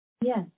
Yes